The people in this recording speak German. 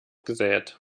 gesät